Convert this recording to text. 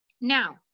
Now